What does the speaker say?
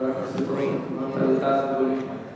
להעביר את הצעת חוק ליישום ההסכם בין מדינת ישראל לבין